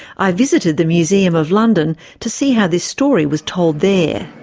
i visited the museum of london to see how this story was told there.